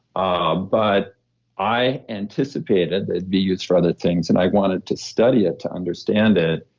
ah but i anticipated they'd be used for other things, and i wanted to study it to understand it.